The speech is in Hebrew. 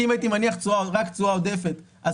כי אם הייתי מניח רק תשואה עודפת אז